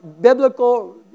biblical